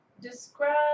Describe